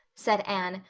said anne,